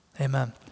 amen